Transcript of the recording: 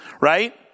right